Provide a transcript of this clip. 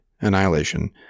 Annihilation